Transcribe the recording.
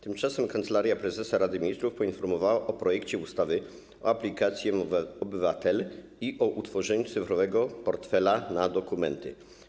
Tymczasem Kancelaria Prezesa Rady Ministrów poinformowała o projekcie ustawy o aplikacji mObywatel i o utworzeniu cyfrowego portfela na dokumenty.